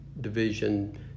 division